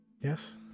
Yes